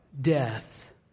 death